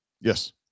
Yes